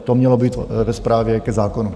To mělo být ve zprávě k zákonu.